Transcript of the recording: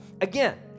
Again